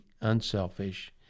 unselfish